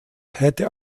hätte